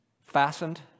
fastened